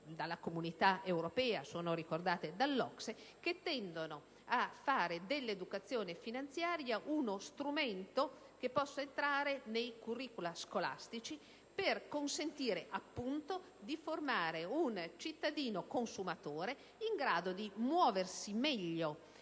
dalla Comunità europea e dall'OCSE, che tendono a fare dell'educazione finanziaria uno strumento che possa entrare nei *curricula* scolastici per consentire di formare un cittadino consumatore che sia in grado di muoversi meglio